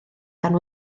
gan